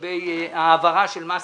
לגבי העברה של מסעדה.